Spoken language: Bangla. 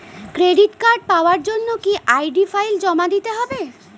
ক্রেডিট কার্ড পাওয়ার জন্য কি আই.ডি ফাইল জমা দিতে হবে?